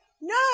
No